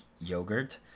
yogurt